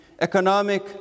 economic